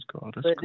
God